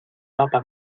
papa